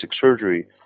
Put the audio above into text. surgery